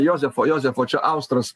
jozefo jozefo čia austras